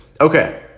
Okay